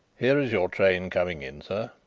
here is your train coming in, sir,